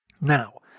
Now